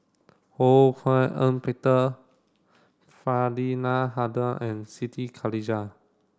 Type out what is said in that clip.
Ho Hak Ean Peter Faridah Hanum and Siti Khalijah